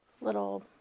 little